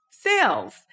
sales